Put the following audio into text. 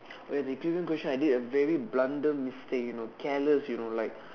oh ya the equilibrium question I did a very blunder mistake you know careless you know like